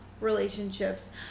relationships